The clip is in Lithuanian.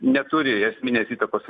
neturi esminės įtakos